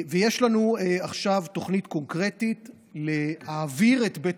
ויש לנו עכשיו תוכנית קונקרטית להעביר את בית